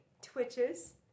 Twitches